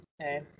okay